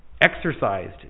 exercised